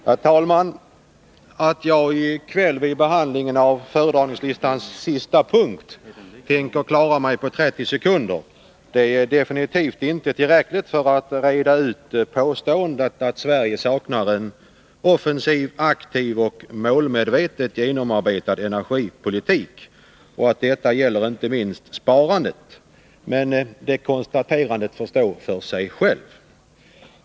Herr talman! Jag tänker i kväll, vid behandlingen av föredragningslistans sista punkt, klara mig på 30 sekunder. Det är absolut inte tillräckligt för att reda ut påståendet att Sverige saknar en offensiv, aktiv och målmedvetet genomarbetad energipolitik — och detta gäller inte minst sparandet. Men det konstaterandet får räcka.